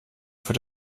für